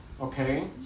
okay